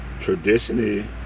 traditionally